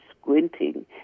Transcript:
squinting